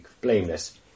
blameless